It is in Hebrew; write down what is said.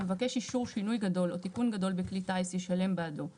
המבקש אישור שינוי גדול או תיקון גדול בכלי טיס ישלם בעדו - (1)